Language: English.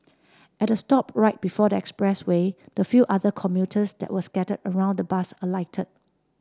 at the stop right before the expressway the few other commuters that was scatter around the bus alighted